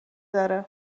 داره